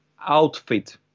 outfit